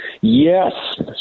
Yes